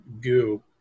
goo